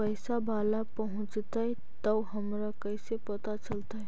पैसा बाला पहूंचतै तौ हमरा कैसे पता चलतै?